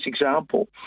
example